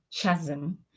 Chasm